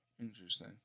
Interesting